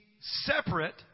separate